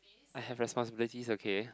I have responsibilities okay